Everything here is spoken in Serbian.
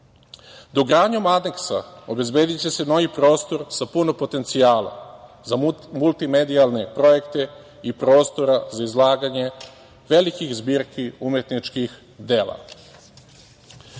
Dogradnjom aneksa obezbediće se novi prostor sa puno potencijala za multimedijalne projekte i prostora za izlaganje velikih zbirki umetničkih dela. Nešto